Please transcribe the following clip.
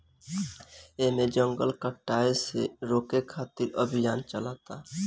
एमे जंगल कटाये से रोके खातिर अभियान चलता